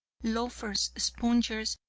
loafers, spongers,